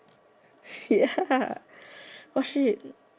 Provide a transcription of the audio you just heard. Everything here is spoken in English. ya shit